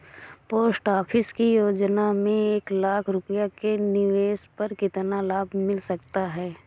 Post office की योजना में एक लाख रूपए के निवेश पर कितना लाभ मिलता है?